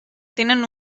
tenen